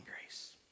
grace